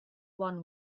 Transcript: won